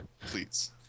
please